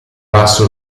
basso